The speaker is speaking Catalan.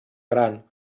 gran